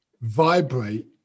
vibrate